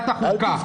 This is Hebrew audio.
חיים